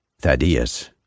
Thaddeus